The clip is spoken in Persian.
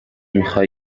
میخای